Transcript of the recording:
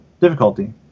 difficulty